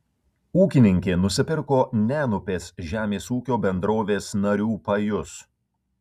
ūkininkė nusipirko nenupės žemės ūkio bendrovės narių pajus